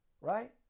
right